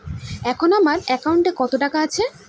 এখন আমার একাউন্টে মোট কত টাকা আছে?